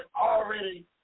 already